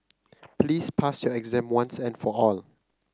please pass your exam once and for all